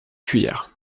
cuillère